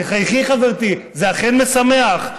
תחייכי, חברתי, זה אכן משמח.